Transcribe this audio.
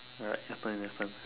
alright it happens it happens